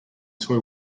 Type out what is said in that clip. toy